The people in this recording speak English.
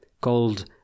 called